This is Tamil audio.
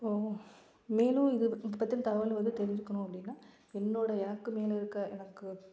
மேலும் இது பற்றின தகவலை வந்து தெரிஞ்சுக்கணும் அப்படின்னா என்னோடய எனக்கு மேலே இருக்க எனக்கு